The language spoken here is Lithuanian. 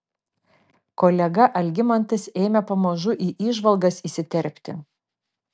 kolega algimantas ėmė pamažu į įžvalgas įsiterpti